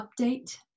update